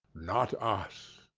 not us.